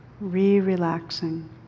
Re-relaxing